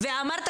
-- ואמרת